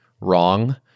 wrong